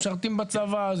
משרתים בצבא,